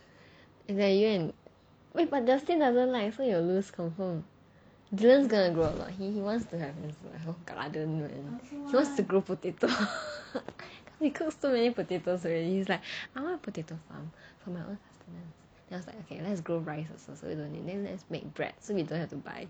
and then you and wait but justin doesn't like so you will lose confirm julian is going to grow a lot he wants to have like his own garden he wants to grow potato he cooks too many potatoes already is like I want potato farm for my own sustenance okay lets grow rice also so we don't need and let's make bread so we don't have to buy